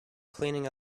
cleaning